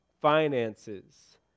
finances